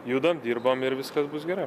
judam dirbam ir viskas bus gera